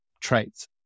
traits